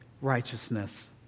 righteousness